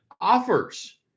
offers